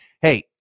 Hey